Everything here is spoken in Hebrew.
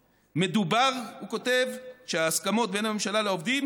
מדובר", הוא כותב, ההסכמות בין הממשלה לעובדים